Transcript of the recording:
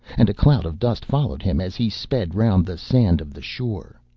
and a cloud of dust followed him as he sped round the sand of the shore.